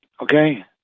okay